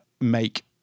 make